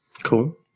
cool